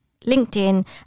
LinkedIn